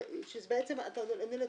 אדוני,